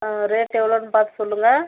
rate எவ்வளோன்னு பார்த்து சொல்லுங்கள்